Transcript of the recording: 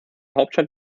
hauptstadt